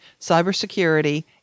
cybersecurity